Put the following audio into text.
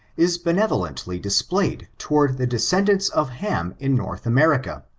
is benevolently displayed toward the descendants of ham in north america.